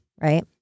right